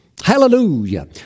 Hallelujah